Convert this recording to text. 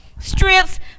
strips